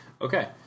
okay